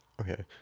Okay